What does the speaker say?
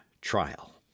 TRIAL